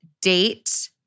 date